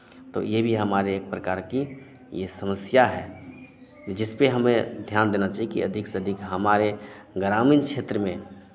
तो ये भी हमारे एक प्रकार की ये समस्या है जिस पे हमें ध्यान देना चहिए कि अधिक से अधिक हमारे ग्रामीण क्षेत्र में